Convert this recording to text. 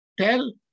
tell